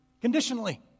conditionally